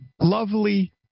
lovely